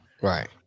Right